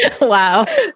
Wow